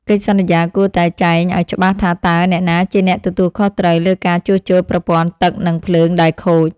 កិច្ចសន្យាគួរតែចែងឱ្យច្បាស់ថាតើអ្នកណាជាអ្នកទទួលខុសត្រូវលើការជួសជុលប្រព័ន្ធទឹកនិងភ្លើងដែលខូច។